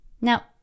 Now